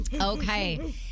okay